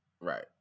right